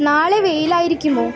നാളെ വെയിലായിരിക്കുമോ